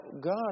God